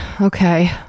Okay